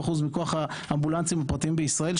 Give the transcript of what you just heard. מכוח האמבולנסים הפרטיים בישראל,